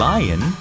Lion